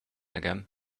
again